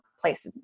place